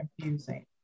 confusing